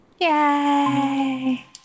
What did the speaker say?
Yay